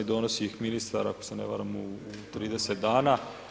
Donosi ih ministar ako se ne varam u 30 dana.